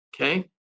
Okay